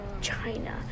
China